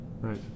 right